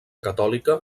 catòlica